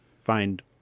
find